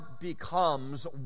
becomes